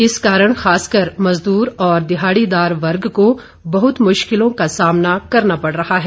इस कारण खासकर मजदूर और दिहाड़ीदार वर्ग को बहत मुश्किलों का सामना करना पड़ रहा है